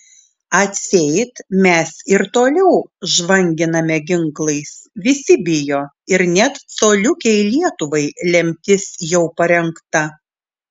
atseit mes ir toliau žvanginame ginklais visi bijo ir net coliukei lietuvai lemtis jau parengta